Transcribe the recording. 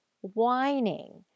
whining